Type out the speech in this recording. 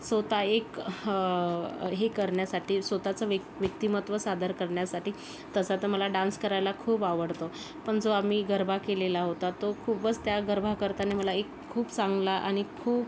सोता एक हं हे करण्यासाठी सोताचं वेक वेक्तिमत्त्व सादर करण्यासाठी तसा तर मला डान्स करायला खूप आवडतं पण जो आम्ही गरबा केलेला होता तो खूपच त्या गरबा करताना मला एक खूप चांगला आणि खूप